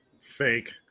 Fake